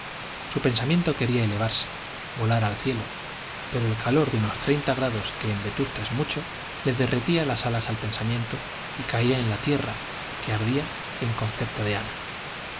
su pensamiento quería elevarse volar al cielo pero el calor de unos grados que en vetusta es mucho le derretía las alas al pensamiento y caía en la tierra que ardía en concepto de ana